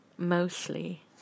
Mostly